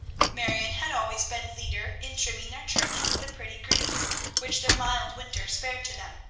marion had always been leader in trimming their church with the pretty greens which their mild winter spared to them,